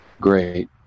great